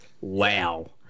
Wow